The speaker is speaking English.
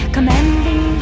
Commanding